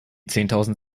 zehntausend